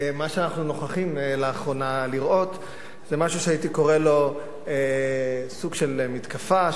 מה שאנחנו נוכחים לראות לאחרונה זה משהו שהייתי קורא לו סוג של מתקפה,